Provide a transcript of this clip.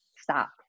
Stop